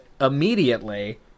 immediately